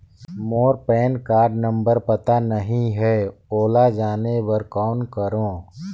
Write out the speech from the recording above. मोर PAN card number पता नहीं है, ओला जाने बर कौन करो?